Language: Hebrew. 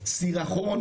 סירחון